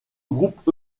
groupe